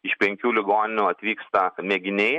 iš penkių ligoninių atvyksta mėginiai